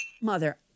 Mother